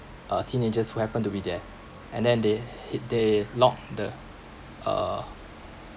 uh teenagers who happened to be there and then they hit they locked the uh